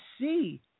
see